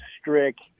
strict